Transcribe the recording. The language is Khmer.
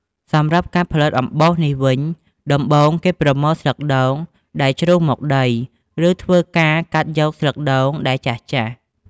សម្រាប់ការផលិតអំបោសនេះវិញ ដំបូងគេប្រមូលស្លឹកដូង ដែលជ្រុះមកដី ឬធ្វើការកាត់យកស្លឹកដូងដែលចាស់ៗ។